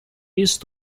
east